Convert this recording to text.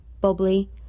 bubbly